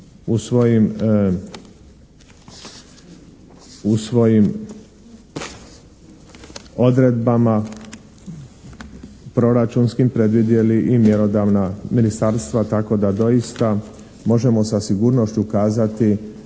u svojim odredbama proračunskim predvidjeli i mjerodavna ministarstva tako da doista možemo sa sigurnošću kazati